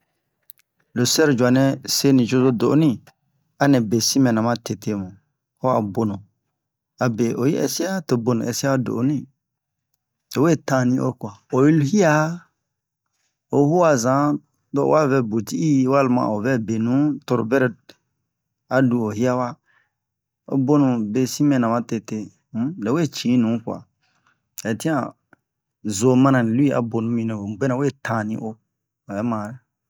lo sɛro dju'a nɛ se nucozo do'onui a nɛ be sin mɛna ma tetemu ho a bonu abe oyi ɛsia to bonu ɛsia o do'onui lo we tani'o kua o yi hia o hu'a zan lo wa vɛ buti'i walima o vɛ benu toro bɛrɛ a dun o hiawa o bonu be sin mɛna ma tete lo we cin nu kua hɛ tian zo zo manan li lui a bonu mi mini to mu bɛnɛ we tani'o obɛ mare